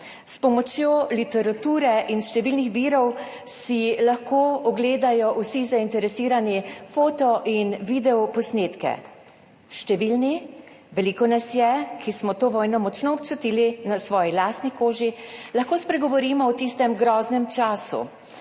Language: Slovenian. S pomočjo literature in številnih virov si vsi zainteresirani lahko ogledajo foto in video posnetke. Številni, veliko nas je, ki smo to vojno močno občutili na svoji lastni koži, lahko spregovorimo o tistem groznem času,